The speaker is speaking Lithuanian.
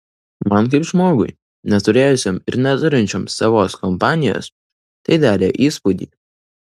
man kaip žmogui neturėjusiam ir neturinčiam savos kompanijos tai darė įspūdį